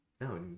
No